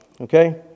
Okay